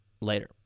Later